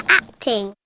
acting